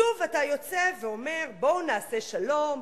שוב אתה יוצא ואומר: בואו נעשה שלום,